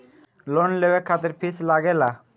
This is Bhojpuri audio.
लोन लेवे खातिर फीस लागेला?